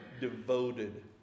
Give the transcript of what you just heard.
devoted